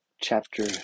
chapter